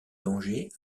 danger